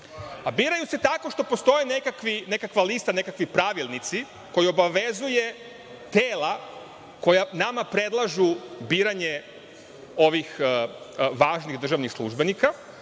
Biraju se tako što postoje nekakva lista, nekakvi pravilnici koji obavezuje tela koja nama predlažu biranje ovih važnih državnih službenika,